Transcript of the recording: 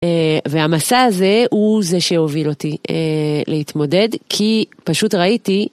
והמסע הזה הוא זה שהוביל אותי להתמודד כי פשוט ראיתי